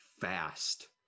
Fast